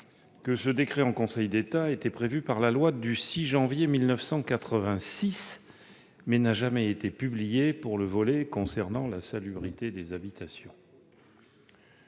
ce décret en Conseil d'État était prévu par la loi du 6 janvier 1986, mais n'a jamais été publié pour le volet concernant la salubrité des habitations.